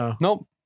Nope